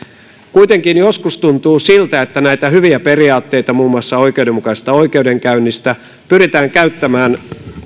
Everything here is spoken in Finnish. kuitenkin joskus tuntuu siltä että näitä hyviä periaatteita muun muassa oikeudenmukaisesta oikeudenkäynnistä pyritään käyttämään